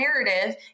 narrative